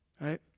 right